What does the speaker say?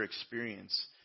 experience